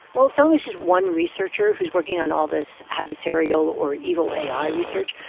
well, song is just one researcher who's working on all this adversarial or evil ai research.